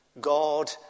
God